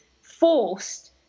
forced